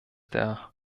der